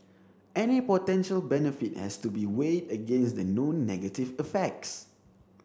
any potential benefit has to be weighed against the known negative effects